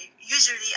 usually